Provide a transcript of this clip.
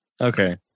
Okay